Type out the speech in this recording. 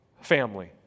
family